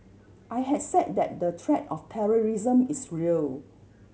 I had said that the threat of terrorism is real